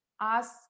ask